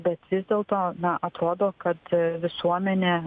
bet vis dėlto na atrodo kad visuomenė